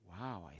Wow